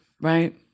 Right